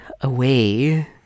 away